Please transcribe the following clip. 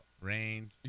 Rain